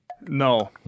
No